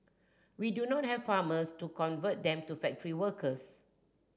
we do not have farmers to convert them to factory workers